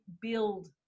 build